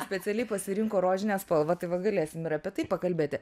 specialiai pasirinko rožinę spalvą tai va galėsim ir apie tai pakalbėti